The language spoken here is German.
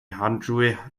handschuhe